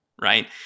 right